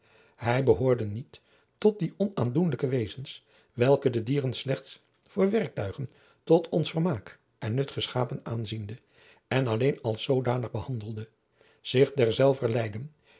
hij behoorde niet tot die onaandoenlijke wezens welke de dieren slechts voor werktuigen tot ons vermaak en nut geschapen adriaan loosjes pzn het leven van maurits lijnslager aanziende en alleen als zoodanig behandelende zich derzelver